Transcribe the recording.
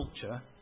culture